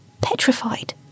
petrified